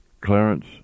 Clarence